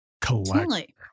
Collector